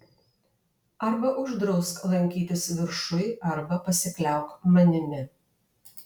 arba uždrausk lankytis viršuj arba pasikliauk manimi